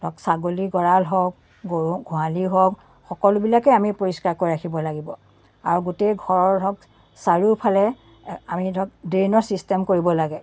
ধৰক ছাগলীৰ গঁড়াল হওক গৰু গোহালি হওক সকলোবিলাকেই আমি পৰিষ্কাৰকৈ ৰাখিব লাগিব আৰু গোটেই ঘৰ ধৰক চাৰিওফালে আমি ধৰক ড্ৰেইনৰ ছিষ্টেম কৰিব লাগে